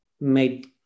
made